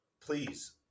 Please